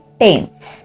tense